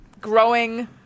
growing